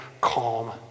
calm